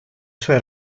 sue